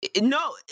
no